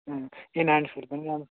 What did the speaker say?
उम् in hand feel पनि राम्रो